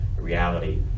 reality